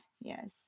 yes